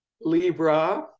Libra